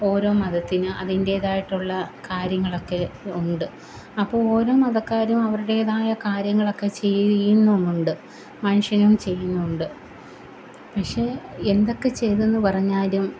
ഓരോ മതത്തിന് അതിന്റേതായിട്ടുള്ള കാര്യങ്ങളക്കെ ഉണ്ട് അപ്പോൾ ഓരോ മതക്കാരും അവരുടേതായ കാര്യങ്ങളക്കെ ചെയ്യുന്നുമുണ്ട് മനുഷ്യനും ചെയ്യുന്നുണ്ട് പക്ഷെ എന്തൊക്കെ ചെയ്തു എന്നുപറഞ്ഞാലും